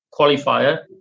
qualifier